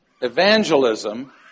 evangelism